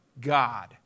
God